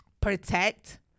protect